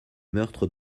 meurtre